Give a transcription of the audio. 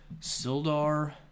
Sildar